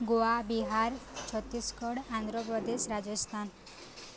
Goa Bihar Chhattisgarh Andhra Pradesh Rajasthan